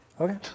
Okay